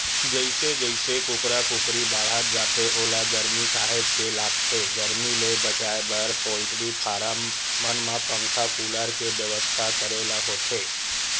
जइसे जइसे कुकरा कुकरी बाड़हत जाथे ओला गरमी काहेच के लगथे गरमी ले बचाए बर पोल्टी फारम मन म पंखा कूलर के बेवस्था करे ल होथे